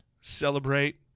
celebrate